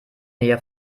nähe